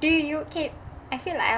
do you okay I feel like